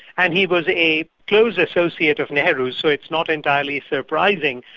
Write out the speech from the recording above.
and he was a close associate of nehru's so it's not entirely surprising,